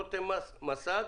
רותם מסד,